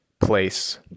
place